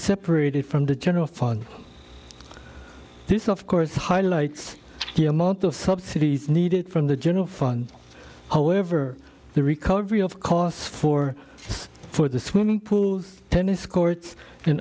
separated from the general fund this of course highlights the amount of subsidies needed from the general fund however the recovery of costs for for the swimming pools tennis courts and